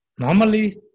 Normally